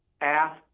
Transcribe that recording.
asked